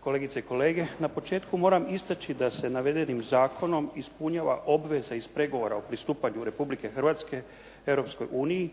kolegice i kolege. Na početku moram istaći da se navedenim zakonom ispunjava obveza iz pregovora o pristupanju Republike Hrvatske Europskoj uniji